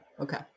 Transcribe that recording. Okay